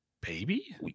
Baby